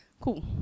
Cool